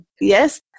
Yes